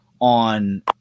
on